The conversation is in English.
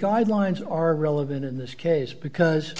guidelines are relevant in this case because